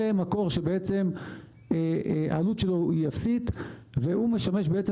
זה מקור שהעלות שלו היא אפסית והוא משמש בעצם